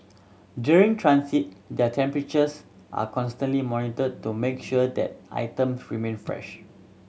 during transit their temperatures are constantly monitored to make sure that item remain fresh